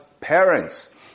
parents